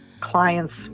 clients